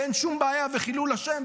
ואין שום בעיה בחילול השם,